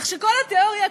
כך שכל התיאוריה,